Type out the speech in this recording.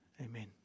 Amen